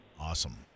Awesome